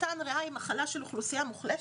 סרטן ריאה היא מחלה של אוכלוסייה מוחלשת.